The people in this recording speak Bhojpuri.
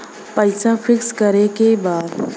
पैसा पिक्स करके बा?